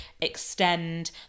extend